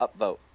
upvote